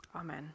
Amen